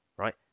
Right